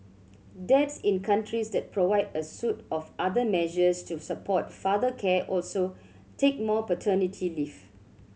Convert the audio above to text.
dads in countries that provide a suite of other measures to support father care also take more paternity leave